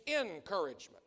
encouragement